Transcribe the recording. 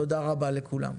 תודה רבה לכולם.